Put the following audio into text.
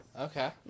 Okay